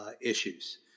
Issues